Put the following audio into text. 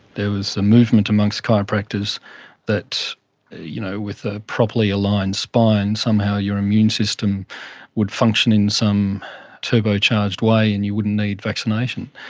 there was a movement amongst chiropractors that you know with the ah properly aligned spine somehow your immune system would function in some turbocharged way and you wouldn't need vaccination.